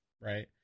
right